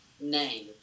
name